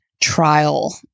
trial